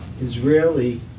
Israeli